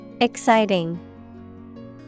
Exciting